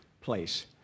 place